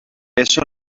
eso